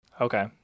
Okay